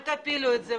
אל תטילו את זה.